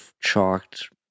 chalked